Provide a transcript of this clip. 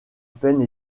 peine